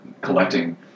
collecting